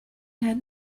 had